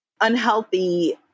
unhealthy